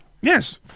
Yes